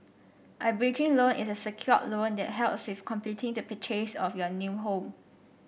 a bridging loan is a secured loan that helps with completing the purchase of your new home